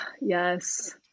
yes